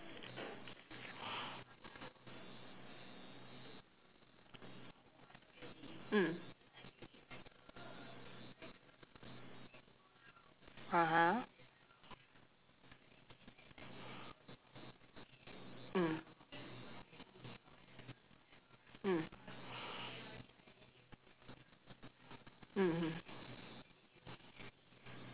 mm (uh huh) mm mm mmhmm